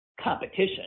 competition